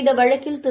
இந்த வழக்கில் திரு